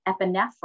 epinephrine